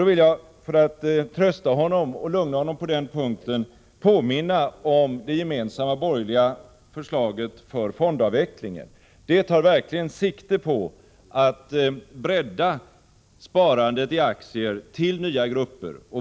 Då vill jag för att trösta och lugna honom på den punkten påminna om det gemensamma borgerliga förslaget för fondavvecklingen. Det tar verkligen sikte på att bredda sparandet i aktier till nya grupper.